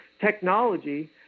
technology